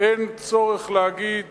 אין צורך להגיד